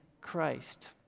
Christ